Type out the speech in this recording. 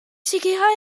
sicrhau